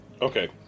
Okay